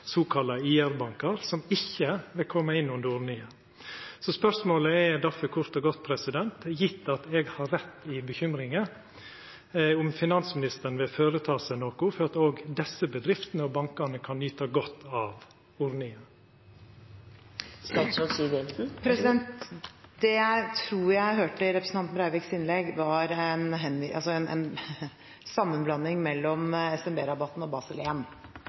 sokalla IRB-bankar, ikkje kjem inn under ordninga. Spørsmålet er difor kort og godt – gjeve at eg har rett i bekymringa – om finansministeren vil gjera noko for at òg desse bedriftene og bankane kan nyta godt av ordninga. Det jeg tror jeg hørte i representanten Breiviks innlegg, var